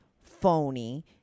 phony